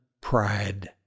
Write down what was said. pride